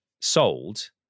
sold